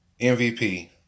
MVP